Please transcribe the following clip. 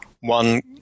one